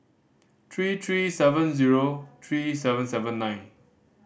three three seven zero three seven seven nine